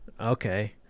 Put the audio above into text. Okay